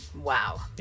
Wow